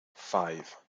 five